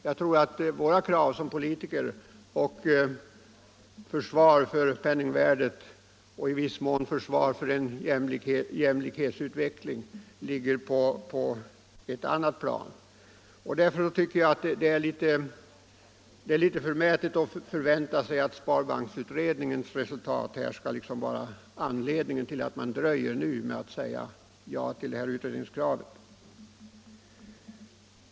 Jag tror att kraven från oss som politiker för försvaret av penningvärdet och i viss mån även försvaret för en jämlikhetsutveckling ligger på ett vidare plan. Därför tycker jag att det är litet förmätet att hänvisa till Sparbanksföreningens utredningsverksamhet som skäl för att inte nu säga ja till utredningskravet.